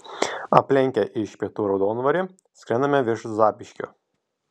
aplenkę iš pietų raudondvarį skrendame virš zapyškio